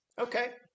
okay